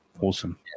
awesome